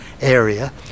area